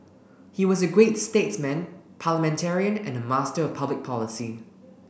he was a great statesman parliamentarian and a master of public policy